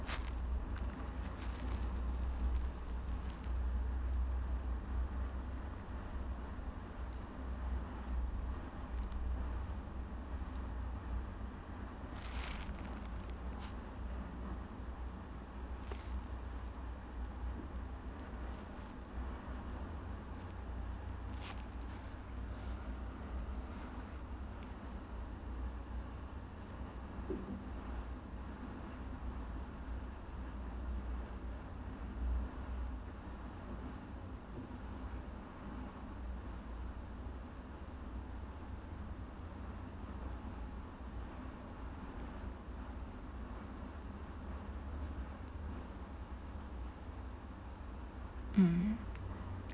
mm